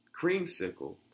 creamsicle